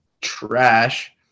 trash